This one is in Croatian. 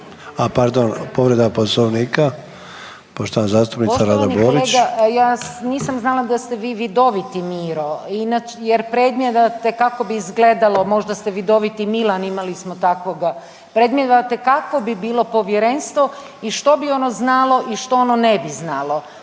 a pardon povreda Poslovnika. Poštovana zastupnica Rada Borić. **Borić, Rada (NL)** Poštovani kolega ja nisam znala da ste vi …/nerazumljivo/… jer predmnijevate kako bi izgledalo, možda ste vidoviti Milan imali smo takvoga, predmnijevate kako bi bilo povjerenstvo i što bi ono znalo i što ono ne bi znalo.